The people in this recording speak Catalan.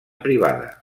privada